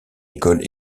école